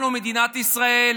אנחנו, מדינת ישראל,